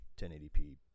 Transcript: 1080p